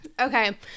Okay